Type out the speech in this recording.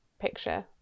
picture